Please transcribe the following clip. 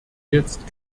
jetzt